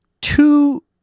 two